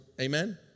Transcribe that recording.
amen